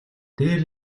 дээр